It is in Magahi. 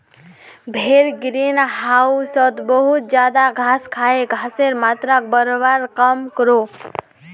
भेड़ ग्रीन होउसोत बहुत ज्यादा घास खाए गसेर मात्राक बढ़वार काम क्रोह